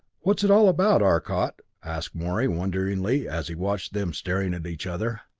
what's it all about, arcot? asked morey wonderingly, as he watched them staring at each other.